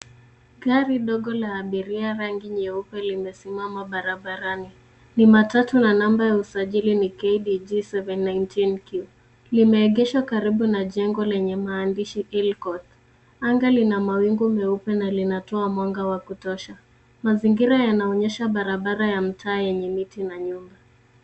Gari dogo la abiria rangi nyeupe lilimesimama barabarani. Ni matatu na namba ya usajili ni KBG 719Q. limeegeshwa karibu na jengo lenye maandishi Bill Court. Anga lina mawingu meupe na linatoa mwanga wa kutosha. Mazingira yanaonyesha barabara ya mtaa yenye miti na nyumba.